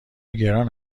گران